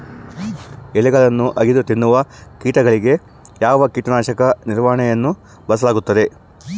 ಎಲೆಗಳನ್ನು ಅಗಿದು ತಿನ್ನುವ ಕೇಟಗಳಿಗೆ ಯಾವ ಕೇಟನಾಶಕದ ನಿರ್ವಹಣೆಯನ್ನು ಬಳಸಲಾಗುತ್ತದೆ?